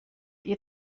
ihr